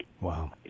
Wow